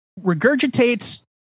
regurgitates